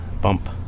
bump